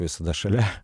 visada šalia